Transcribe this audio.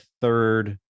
third